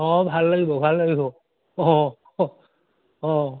অঁ ভাল লাগিব ভাল লাগিব অঁ অঁ